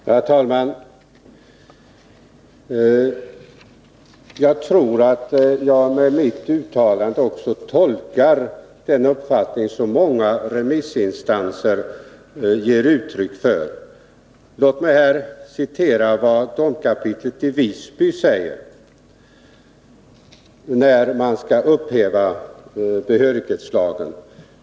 Herr talman! Jag tror att jag med mitt uttalande också tolkar den uppfattning som många remissinstanser ger uttryck för. Låt mig här citera vad domkapitlet i Visby säger beträffande upphävandet av behörighetslagen.